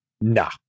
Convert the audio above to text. Nah